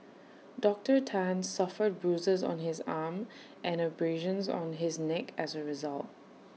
Doctor Tan suffered bruises on his arm and abrasions on his neck as A result